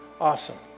Awesome